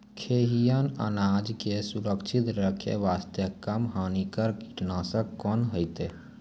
खैहियन अनाज के सुरक्षित रखे बास्ते, कम हानिकर कीटनासक कोंन होइतै?